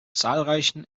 zahlreichen